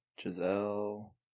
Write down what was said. Giselle